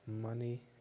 money